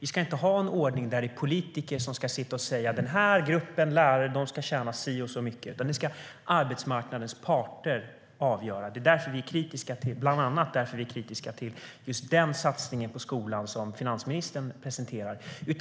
Vi ska inte ha en ordning där politiker sitter och säger att en viss grupp lärare ska tjäna si och så mycket, utan det ska arbetsmarknadens parter avgöra. Det är bland annat därför vi är kritiska till just den satsning på skolan finansministern presenterar.